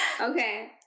Okay